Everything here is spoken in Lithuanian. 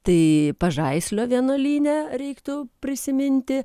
tai pažaislio vienuolyne reiktų prisiminti